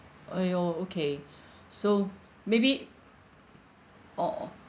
!aiyo! okay so maybe orh